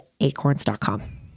acorns.com